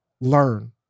learn